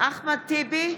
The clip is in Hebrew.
אחמד טיבי,